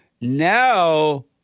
Now